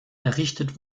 errichtet